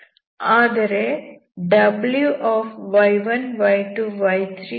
ಆದರೆ Wy1 y2 y3x0